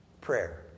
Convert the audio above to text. Prayer